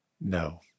No